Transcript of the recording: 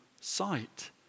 sight